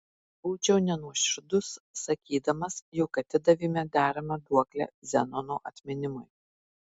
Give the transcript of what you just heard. būčiau nenuoširdus sakydamas jog atidavėme deramą duoklę zenono atminimui